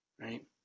Right